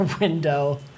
window